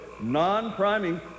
non-priming